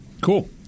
Cool